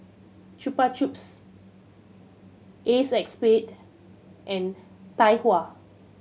Chupa Chups Acexspade and Tai Hua